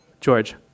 George